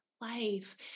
life